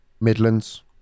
Midlands